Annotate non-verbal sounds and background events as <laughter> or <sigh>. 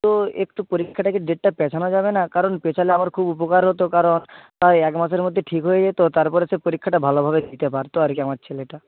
তো একটু পরীক্ষাটা কি ডেটটা পেছানো যাবে না কারণ পেছালে আমার খুব উপকার হত কারণ <unintelligible> এক মাসের মধ্যে ঠিক হয়ে যেত তারপরে সে পরীক্ষাটা ভালোভাবে দিতে পারত আর কি আমার ছেলেটা